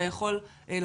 אתה יכול לעשות,